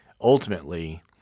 ultimately